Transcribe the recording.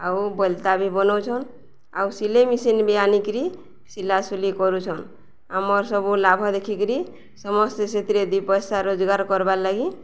ଆଉ ବଲତା ବି ବନଉଛନ୍ ଆଉ ସିଲେଇ ମେସିନ୍ ବି ଆନିକିରି ସିଲାସୁଲି କରୁଛନ୍ ଆମର୍ ସବୁ ଲାଭ ଦେଖିକିରି ସମସ୍ତେ ସେଥିରେ ଦି ପଇସା ରୋଜଗାର କର୍ବାର୍ ଲାଗି